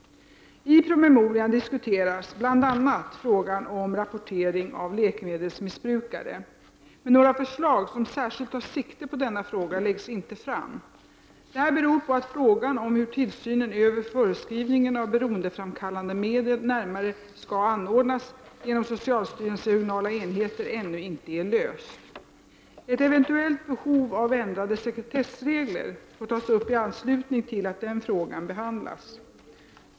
I promemorian diskuteras bl.a. frågan om rapportering av läkemedelsmissbrukare, men några förslag som särskilt tar sikte på denna fråga läggs inte fram. Detta beror på att frågan om hur tillsynen över förskrivningen av beroendeframkallande medel närmare skall anordnas genom socialstyrelsens regionala enheter ännu inte är löst. Ett eventuellt behov av ändrade sekretessregler får tas upp i anslutning till att den frågan behandlas.